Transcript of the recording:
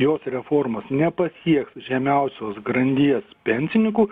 jos reformos nepasieks žemiausios grandies pensinikų